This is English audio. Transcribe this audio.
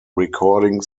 recording